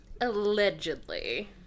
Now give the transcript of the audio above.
Allegedly